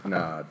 Nah